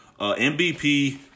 MVP